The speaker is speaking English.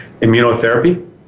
immunotherapy